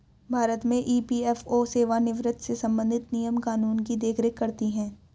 भारत में ई.पी.एफ.ओ सेवानिवृत्त से संबंधित नियम कानून की देख रेख करती हैं